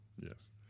Yes